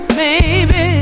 baby